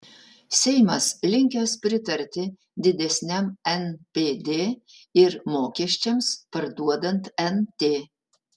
seimas linkęs pritarti didesniam npd ir mokesčiams parduodant nt